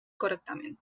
correctament